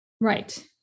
Right